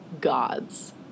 gods